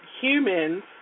humans